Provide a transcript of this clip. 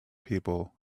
people